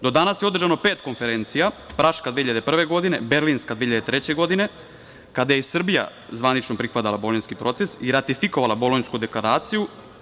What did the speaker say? Do danas je održano pet konferencija – Praška 2001. godine, Berlinska 2003. godine, kada je i Srbija zvanično pripadala Bolonjskom procesu i ratifikovala Bolonjsku deklaraciju.